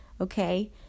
Okay